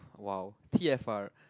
!wow! T_F_R